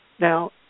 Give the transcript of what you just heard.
Now